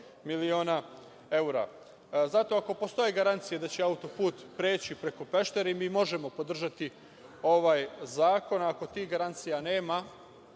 miliona evra. Zato, ako postoje garancije da će auto-put preći preko Pešteri, mi možemo podržati ovaj zakon, a ako tih garancija nema,